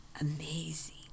amazing